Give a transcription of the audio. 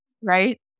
Right